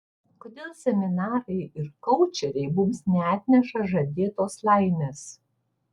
kodėl seminarai ir koučeriai mums neatneša žadėtos laimės